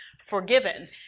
forgiven